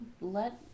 let